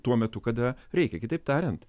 tuo metu kada reikia kitaip tariant